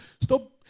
stop